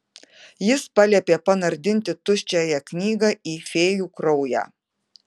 jis paliepė panardinti tuščiąją knygą į fėjų kraują